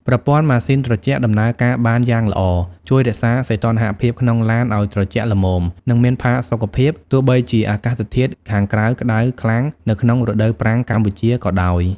ប្រព័ន្ធម៉ាស៊ីនត្រជាក់ ដំណើរការបានយ៉ាងល្អ ជួយរក្សាសីតុណ្ហភាពក្នុងឡានឲ្យត្រជាក់ល្មម និងមានផាសុកភាព ទោះបីជាអាកាសធាតុខាងក្រៅក្តៅខ្លាំងនៅក្នុងរដូវប្រាំងកម្ពុជាក៏ដោយ។